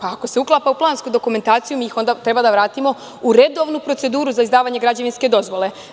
Ako se uklapa u plansku dokumentaciju, mi onda treba da ih vratimo u redovnu proceduru za izdavanje građevinske dozvole.